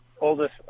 Oldest